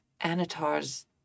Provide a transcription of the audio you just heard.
Anatar's